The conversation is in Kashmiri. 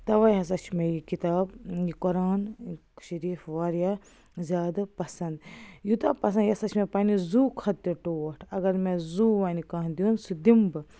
تَوَے ہَسا چھِ مےٚ یہِ کِتاب یہِ قرآن شریٖف واریاہ زیادٕ پسند یوٗتاہ پسند یہِ ہَسا چھِ مےٚ پنٛنہِ زوٗ کھۄتہٕ تہِ ٹوٹھ اگر مےٚ زوٗ وَنہِ کانٛہہ دیُن سُہ دِمہٕ بہٕ